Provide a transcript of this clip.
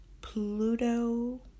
Pluto